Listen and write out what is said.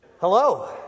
Hello